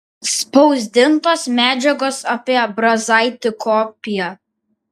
spausdintos medžiagos apie brazaitį kopija